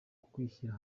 ukwishyira